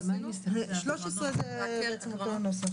הוראות סעיף קטן (ג) אומרות שזה לא ייחשב כהכנסה לשום דבר ועניין.